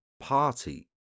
party